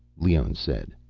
leone said.